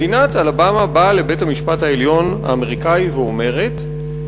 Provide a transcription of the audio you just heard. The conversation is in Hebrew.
מדינת אלבמה באה לבית-המשפט העליון האמריקאי ואומרת: